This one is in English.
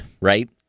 Right